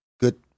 good